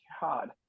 God